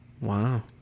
Wow